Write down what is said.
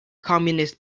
communist